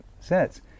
sets